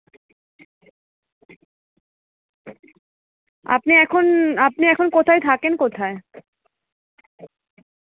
আপনি এখন আপনি এখন কোথায় থাকেন কোথায়